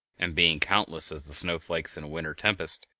and, being countless as the snowflakes in a winter tempest,